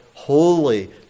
holy